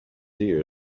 ear